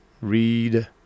Read